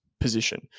position